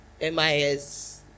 MIS